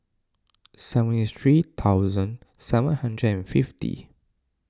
seventy three thousand seven hundred and fifty